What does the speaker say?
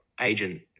agent